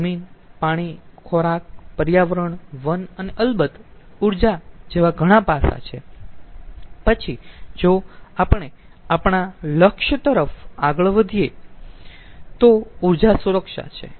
જમીન પાણી ખોરાક પર્યાવરણ વન અને અલબત્ત ઊર્જા જેવા ઘણા પાસા છે પછી જો આપણે આપણા લક્ષ્ય તરફ આગળ વધવું હોય તો ઊર્જા સુરક્ષા છે